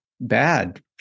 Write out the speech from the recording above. bad